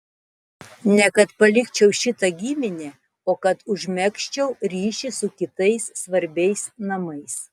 ne kad palikčiau šitą giminę o kad užmegzčiau ryšį su kitais svarbiais namais